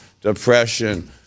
depression